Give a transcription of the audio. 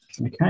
okay